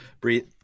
breathe